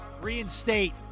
reinstate